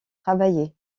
travaillait